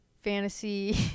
fantasy